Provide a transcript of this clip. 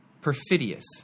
Perfidious